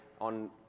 on